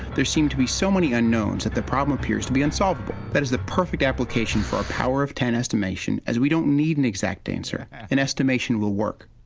there seem to be so many unknowns that the problem appears to be unsolvable. that is the perfect application for a power of ten estimation, as we don't need an exact answer an estimation will work.